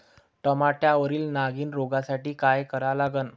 टमाट्यावरील नागीण रोगसाठी काय करा लागन?